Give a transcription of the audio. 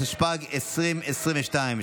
התשפ"ג 2022,